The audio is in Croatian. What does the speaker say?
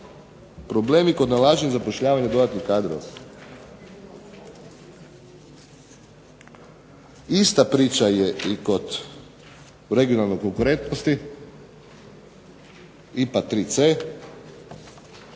Problemi kod nalaženja i zapošljavanja dodatnih kadrova. Ista priča je i kod regionalne konkurentnosti IPA 3C,